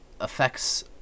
affects